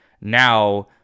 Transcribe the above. now